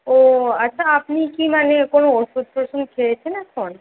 ও আচ্ছা আপনি কি মানে কোনো ওষুধ টষুধ খেয়েছেন এখন